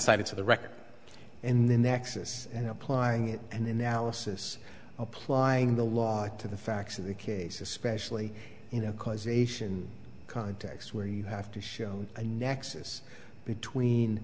cited for the record in the nexus and applying it an analysis applying the law to the facts of the case especially you know causation context where you have to show a nexus between